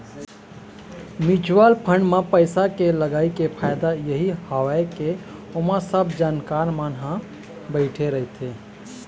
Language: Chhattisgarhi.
म्युचुअल फंड म पइसा के लगई के फायदा यही हवय के ओमा सब जानकार मन ह बइठे रहिथे